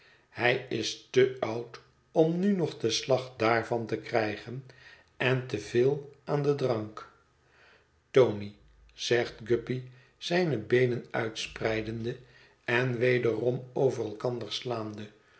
hij is te oud om nu nog den slag daarvan te krijgen en te veel aan den drank tony zegt guppy zijne beenen uitspreidende en wederom over elkander slaande